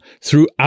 throughout